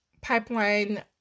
Pipeline